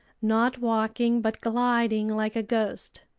not walking but gliding like a ghost.